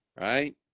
right